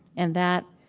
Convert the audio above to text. and that